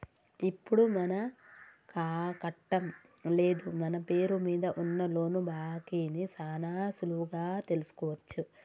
ఇప్పుడు మనకాకట్టం లేదు మన పేరు మీద ఉన్న లోను బాకీ ని సాన సులువుగా తెలుసుకోవచ్చు